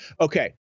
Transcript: Okay